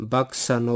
Baksa